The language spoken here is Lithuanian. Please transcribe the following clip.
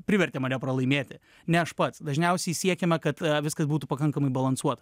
privertė mane pralaimėti ne aš pats dažniausiai siekiama kad viskas būtų pakankamai balansuota